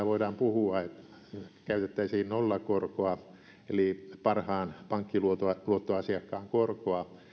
voidaan puhua että käytettäisiin nollakorkoa eli parhaan pankkiluottoasiakkaan korkoa